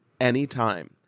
anytime